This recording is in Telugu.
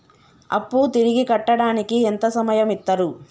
అప్పు తిరిగి కట్టడానికి ఎంత సమయం ఇత్తరు?